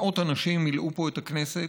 מאות אנשים מילאו פה את הכנסת,